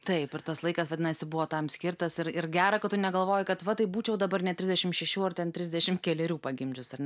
taip ir tas laikas vadinasi buvo tam skirtas ir ir gera kad tu negalvoji kad va taip būčiau dabar net trisdešim šešių ar ten trisdešim kelerių pagimdžius ar ne